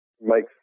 makes